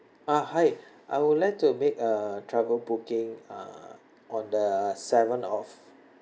uh hi I would like to make a travel booking uh on the seventh of